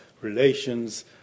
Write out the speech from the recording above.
relations